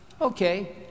Okay